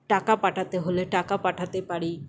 টাকা পাঠাতে হলে টাকা পাঠাতে পারি